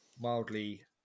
mildly